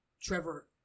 Trevor